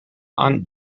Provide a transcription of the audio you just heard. aunt